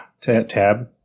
tab